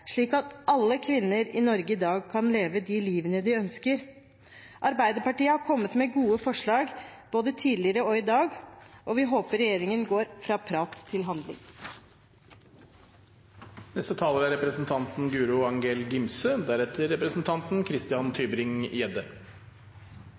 slik at alle kvinner i Norge i dag kan leve de livene de ønsker. Arbeiderpartiet har kommet med gode forslag, både tidligere og i dag, og vi håper regjeringen går fra prat til handling. Jeg synes det er